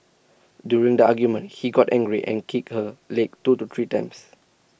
during the argument he got angry and kicked her legs two to three times